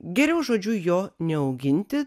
geriau žodžiu jo neauginti